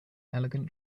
elegant